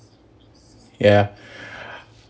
ya